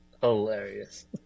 hilarious